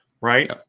right